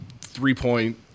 three-point